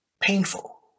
painful